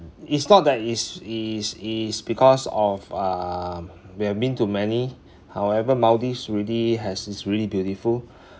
it's not that it's it's it's because of um we have been to many however maldives really has it's really beautiful